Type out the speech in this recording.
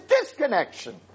disconnection